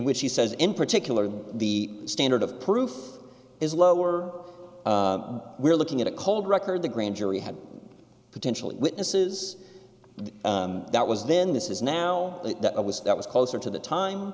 which he says in particular the standard of proof is lower we're looking at a cold record the grand jury had potential witnesses that was then this is now that was that was closer to the time